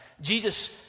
Jesus